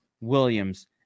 Williams